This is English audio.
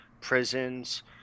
prisons